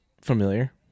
familiar